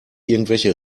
irgendwelche